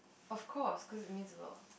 of course cause it means a lot